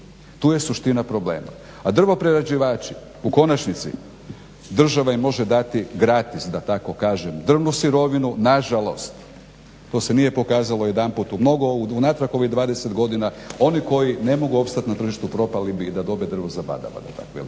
Tu je suština problema. A drvoprerađivači u konačnici država im može dati gratis da tako kažem drvnu sirovinu. Na žalost to se nije pokazalo jedanput unatrag ovih 20 godina. Oni koji ne mogu opstati na tržištu propali bi i da dobe drvo zabadava da tak velikim